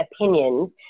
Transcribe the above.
opinions